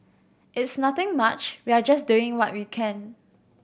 it's nothing much we are just doing what we can